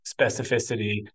specificity